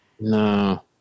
no